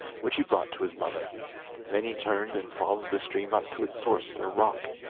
which he brought to his mother then he turned and followed the stream up to its source in a rock,